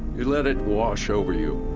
you let it wash over you.